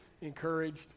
encouraged